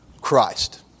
Christ